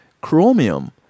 chromium